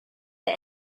der